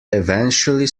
eventually